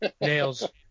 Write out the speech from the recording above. Nails